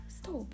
stop